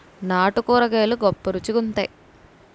నాటు కూరగాయలు గొప్ప రుచి గుంత్తై